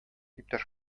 иптәш